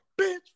bitch